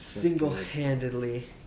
Single-handedly